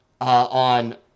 on